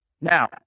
Now